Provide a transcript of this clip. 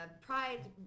pride